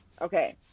Okay